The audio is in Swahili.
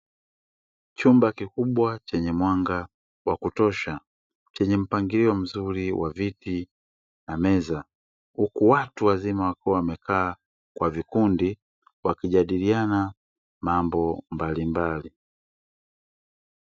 Chumba kikubwa chenye mwanga wa kutosha, chenye mpangilio mzuri wa viti na meza. Huku watu wazima wakiwa wamekaa kwa vikundi wakijadiliana mambo mbalimbali.